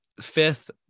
fifth